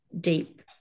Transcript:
deep